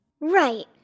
Right